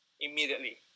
immediately